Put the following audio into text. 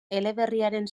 eleberriaren